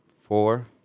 four